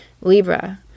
Libra